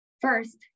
First